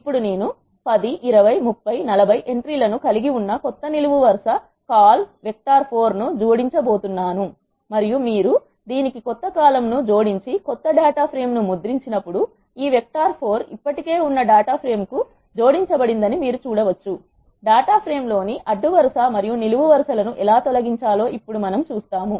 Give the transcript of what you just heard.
ఇప్పుడు నేను 10 20 30 40 ఎంట్రీ లను కలిగి ఉన్న కొత్త నిలువు వరుస కాల్ vec4 ను జోడించబోతున్నాను మరియు మీరు దీనికి క్రొత్త కాలమ్ ను జోడించి కొత్త డేటా ప్రేమ్ ను ముద్రించినప్పుడు ఈ vec4 ఇప్పటికే ఉన్న డేటా ఫ్రేమ్ కు జోడించబడిందని మీరు చూడవచ్చు డేటా ఫ్రేమ్ లోని అడ్డు వరుస మరియు నిలువు వరుస లను ఎలా తొలగించాలో ఇప్పుడు మనము చూస్తాము